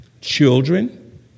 children